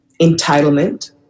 entitlement